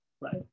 right